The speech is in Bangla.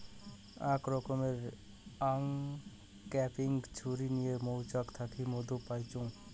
আক রকমের অংক্যাপিং ছুরি নিয়ে মৌচাক থাকি মধু পাইচুঙ